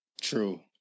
True